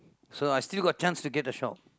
so I still got chance to get a shop